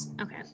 okay